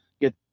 get